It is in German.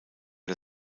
der